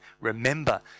remember